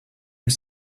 are